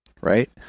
right